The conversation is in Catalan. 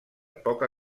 poca